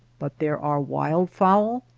but there are wild fowl?